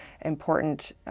important